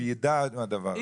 שהוא ידע על הדבר הזה?